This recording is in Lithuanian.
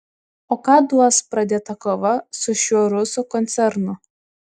o ką duos pradėta kova su šiuo rusų koncernu